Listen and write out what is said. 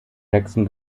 jackson